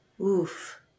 Oof